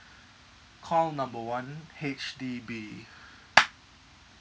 call number one H_D_B